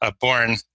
born